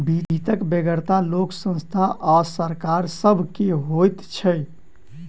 वित्तक बेगरता लोक, संस्था आ सरकार सभ के होइत छै